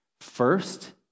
First